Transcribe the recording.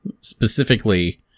specifically